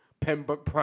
Pembroke